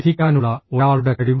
വിധിക്കാനുള്ള ഒരാളുടെ കഴിവ്